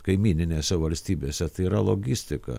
kaimyninėse valstybėse tai yra logistika